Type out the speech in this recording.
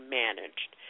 managed